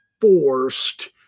forced